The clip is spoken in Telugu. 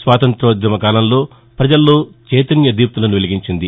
స్వాతంత్రోద్యమ కాలంలో ప్రజల్లో చైతన్య దీప్తలను వెలిగించింది